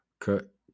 cut